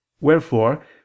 wherefore